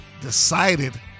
decided